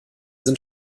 sind